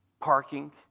Parking